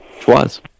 Twas